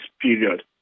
period